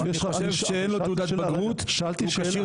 אני חושב שאין לו תעודת בגרות והוא כשיר